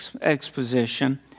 Exposition